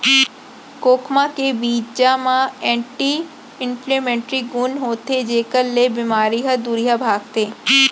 खोखमा के बीजा म एंटी इंफ्लेमेटरी गुन होथे जेकर ले बेमारी ह दुरिहा भागथे